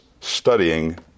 studying